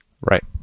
Right